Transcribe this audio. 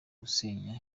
gusenya